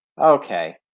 Okay